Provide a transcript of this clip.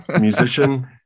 Musician